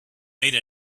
made